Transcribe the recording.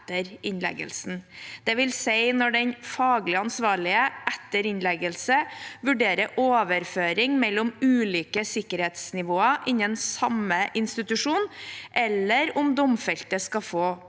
dvs. når den faglig ansvarlige etter innleggelse vurderer overføring mellom ulike sikkerhetsnivåer innenfor samme institusjon eller om den domfelte skal få